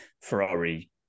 Ferrari